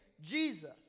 Jesus